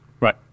Right